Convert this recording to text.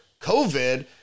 covid